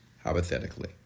hypothetically